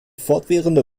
fortwährende